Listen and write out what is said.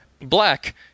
Black